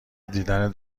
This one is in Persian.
دیدن